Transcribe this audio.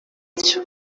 cyo